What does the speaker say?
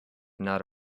not